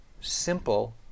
simple